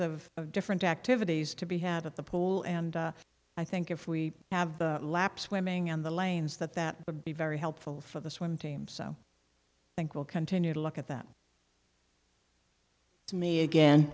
of different activities to be had at the pole and i think if we have lap swimming in the lanes that that would be very helpful for the swim team so i think we'll continue to look at that to me again